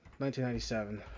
1997